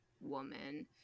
woman